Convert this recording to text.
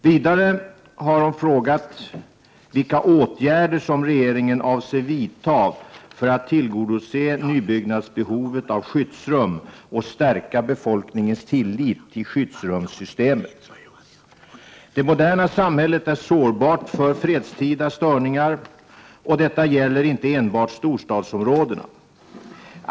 Vidare har hon frågat vilka åtgärder som regeringen avser vidta för att tillgodose nybyggnadsbehovet av skyddsrum och stärka befolkningens tillit till skyddsrumssystemet. Det moderna samhället är sårbart för fredstida störningar, och detta gäller inte enbart storstadsområdena.